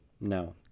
No